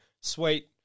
sweet